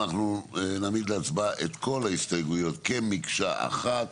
נעמיד להצבעה את כל ההסתייגויות כמקשה אחת.